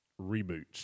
reboots